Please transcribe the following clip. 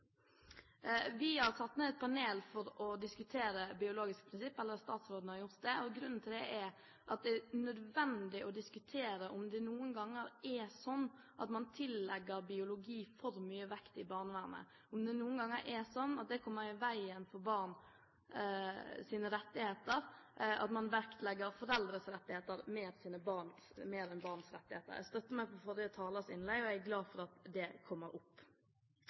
vi gjør, er det da å gripe inn og ta barn fra foreldrene sine – eller er det riktig? Statsråden har satt ned et panel for å diskutere det biologiske prinsipp. Grunnen til det er at det er nødvendig å diskutere om det noen ganger er sånn at man tillegger biologi for mye vekt i barnevernet, om det noen ganger er sånn at det kommer i veien for barns rettigheter – altså at man vektlegger foreldres rettigheter mer enn barns rettigheter. Jeg støtter meg på forrige talers innlegg, og jeg er glad for at det